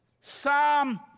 Psalm